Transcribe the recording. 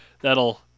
that'll